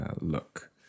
look